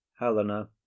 Helena